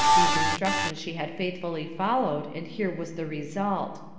these instructions she had faithfully followed, and here was the result.